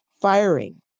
firing